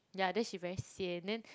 yeah then she very sian then